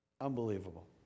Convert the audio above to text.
Unbelievable